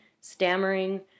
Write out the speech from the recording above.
stammering